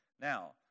Now